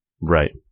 right